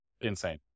insane